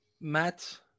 Matt